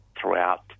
throughout